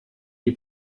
die